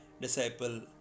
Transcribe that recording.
disciple